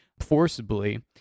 forcibly